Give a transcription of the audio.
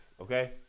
okay